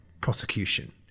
prosecution